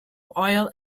oil